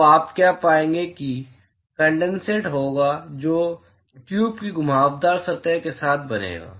तो आप क्या पाएंगे कि कनडेनसेट होगा जो ट्यूब की घुमावदार सतह के साथ बनेगा